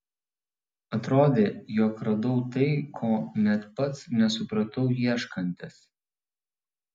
atrodė jog radau tai ko net pats nesupratau ieškantis